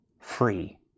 free